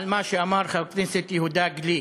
על מה שאמר חבר הכנסת יהודה גליק.